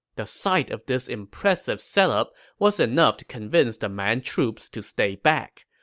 the sight of this impressive set up was enough to convince the man troops to stay back,